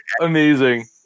amazing